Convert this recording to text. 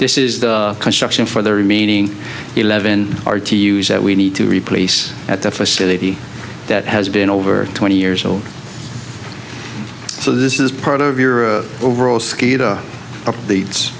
this is the construction for the remaining eleven are to use that we need to replace at the facility that has been over twenty years old so this is part of your overall